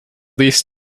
least